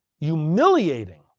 humiliating